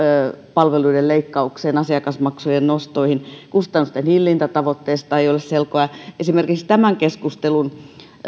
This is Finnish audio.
palveluiden leikkaukseen ja asiakasmaksujen nostoihin kustannustenhillintätavoitteesta ei ole selkoa esimerkiksi tämän keskustelun